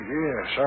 yes